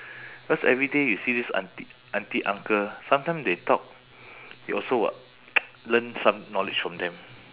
because every day you see this auntie auntie uncle sometime they talk you also will learn some knowledge from them